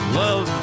love